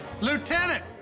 Lieutenant